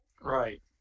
Right